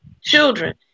children